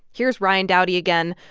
here's ryan dowdy again,